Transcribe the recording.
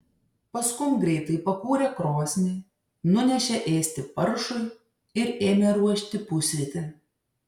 paskum greitai pakūrė krosnį nunešė ėsti paršui ir ėmė ruošti pusrytį